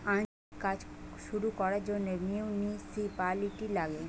আঞ্চলিক কাজ গুলা করবার জন্যে মিউনিসিপালিটি লাগে